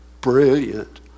brilliant